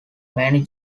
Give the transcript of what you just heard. many